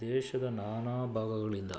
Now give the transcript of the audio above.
ದೇಶದ ನಾನಾ ಭಾಗಗಳಿಂದ